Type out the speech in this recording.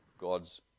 God's